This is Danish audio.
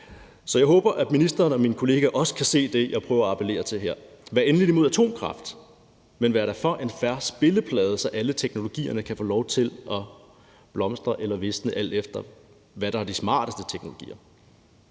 Så jeg håber, at ministeren og mine kolleger også kan se det, jeg prøver at appellere til her. Vær endelig imod atomkraft, men vær da for en fair spilleplade, så alle teknologierne kan få lov til at blomstre eller visne, alt efter hvad der er de smarteste teknologier.